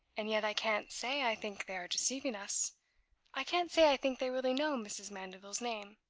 and yet i can't say i think they are deceiving us i can't say i think they really know mrs. mandeville's name.